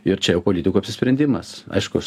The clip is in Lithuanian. ir čia jau politikų apsisprendimas aišku aš